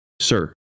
Sir